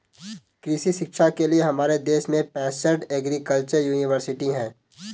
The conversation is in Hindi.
कृषि शिक्षा के लिए हमारे देश में पैसठ एग्रीकल्चर यूनिवर्सिटी हैं